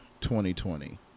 2020